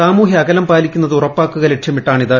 സാമൂഹ്യ അകലം പാലിക്കുന്നത് ഉറപ്പാക്കുക ലക്ഷ്യമിട്ടാണിത്